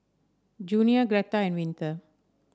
Junia Greta and Winter